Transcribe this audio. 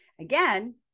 again